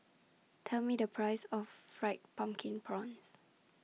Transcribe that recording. Tell Me The Price of Fried Pumpkin Prawns